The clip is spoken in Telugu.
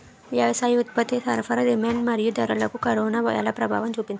వ్యవసాయ ఉత్పత్తి సరఫరా డిమాండ్ మరియు ధరలకు కరోనా ఎలా ప్రభావం చూపింది